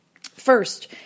First